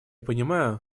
понимаю